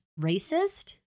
racist